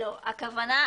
הכוונה,